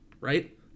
right